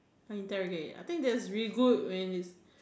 [huh] interrogate I think that is really good when is